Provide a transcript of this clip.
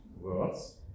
words